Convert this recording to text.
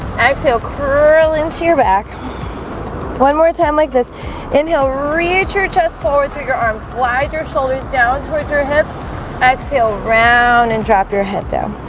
exhale curl into your back one more time like this inhale reach your chest forward through your arms slide your shoulders down towards your lips exhale round and drop your head down